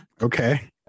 Okay